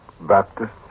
Baptist